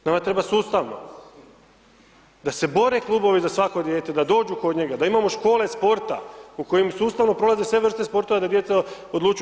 Nama treba sustavno, da se bore klubovi za svako dijete, da dođu kod njega, da imamo škole sporta u kojima sustavno prolaze sve vrste sportova da djeca odlučuju.